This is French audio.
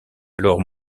alors